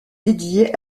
dédiée